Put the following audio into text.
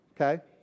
Okay